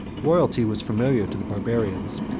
royalty was familiar to the barbarians,